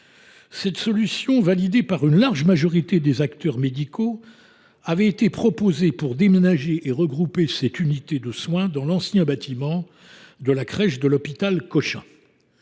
Une solution, validée par une large majorité des acteurs médicaux, consistait à déménager et à regrouper cette unité au sein de l’ancien bâtiment de la crèche de l’hôpital Cochin.